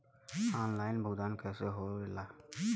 Online भुगतान कैसे होए ला?